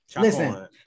Listen